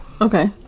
Okay